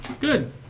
Good